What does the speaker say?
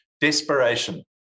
Desperation